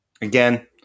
Again